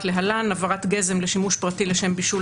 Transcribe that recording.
להלן: "הבערת גזם לשימוש פרטי לשם בישול,